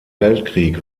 weltkrieg